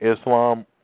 Islam